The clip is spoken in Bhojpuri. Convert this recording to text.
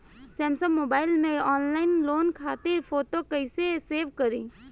सैमसंग मोबाइल में ऑनलाइन लोन खातिर फोटो कैसे सेभ करीं?